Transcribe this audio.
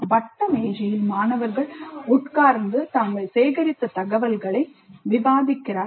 வட்ட மேஜையில் மாணவர்கள் உட்கார்ந்து தாங்கள் சேகரித்த தகவல்களை விவாதிக்கிறார்கள்